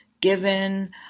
given